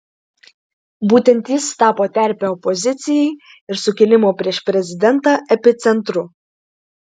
būtent jis tapo terpe opozicijai ir sukilimo prieš prezidentą epicentru